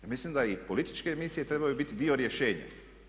Ja mislim da i političke emisije trebaju biti dio rješenja.